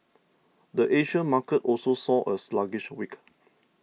the Asia market also saw a sluggish week